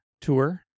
tour